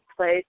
place